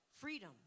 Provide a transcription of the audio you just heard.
Freedom